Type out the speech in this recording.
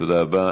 תודה רבה.